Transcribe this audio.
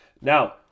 Now